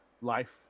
life